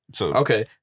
Okay